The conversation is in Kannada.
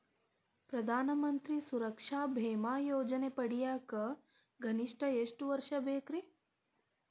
ಪ್ರಧಾನ ಮಂತ್ರಿ ಸುರಕ್ಷಾ ಭೇಮಾ ಯೋಜನೆ ಪಡಿಯಾಕ್ ಗರಿಷ್ಠ ಎಷ್ಟ ವರ್ಷ ಇರ್ಬೇಕ್ರಿ?